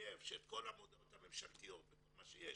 תתחייב שא ת כל המודעות הממשלתיות וכל מה שיש